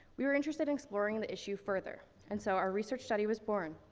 we were interested in exploring the issue further. and so our research study was born,